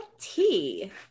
tea